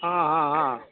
ಹಾಂ ಹಾಂ ಹಾಂ